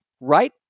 right